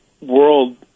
world